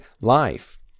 life